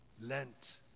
Lent